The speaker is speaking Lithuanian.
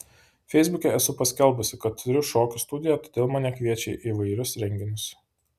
feisbuke esu paskelbusi kad turiu šokių studiją todėl mane kviečia į įvairius renginius